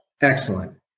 Excellent